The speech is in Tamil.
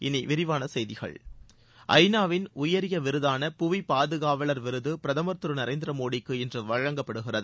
இனி விரிவான செய்திகள் உயரிய ஐநாவின் பாதுகாவலர் விருது பிரதமர் திரு நரேந்திர மோடிக்கு இன்று வழங்கப்படுகிறது